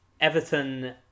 Everton